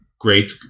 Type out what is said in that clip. great